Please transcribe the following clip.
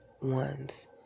ones